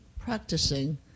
practicing